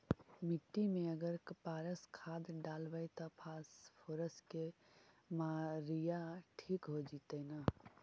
मिट्टी में अगर पारस खाद डालबै त फास्फोरस के माऋआ ठिक हो जितै न?